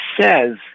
says